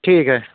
ٹھیک ہے